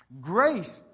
Grace